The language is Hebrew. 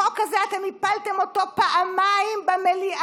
החוק הזה, אתם הפלתם אותו פעמיים במליאה.